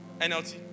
NLT